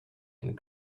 and